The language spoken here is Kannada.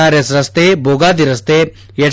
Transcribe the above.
ಆರ್ ಎಸ್ ರಸ್ತೆ ಬೋಗಾದಿ ರಸ್ತೆ ಎಚ್